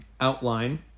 outline